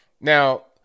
Now